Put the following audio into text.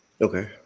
Okay